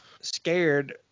scared